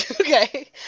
Okay